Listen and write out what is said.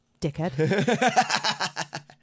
dickhead